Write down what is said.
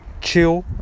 chill